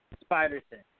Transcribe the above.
Spider-Sense